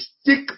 stick